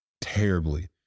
terribly